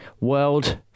world